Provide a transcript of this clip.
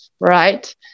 right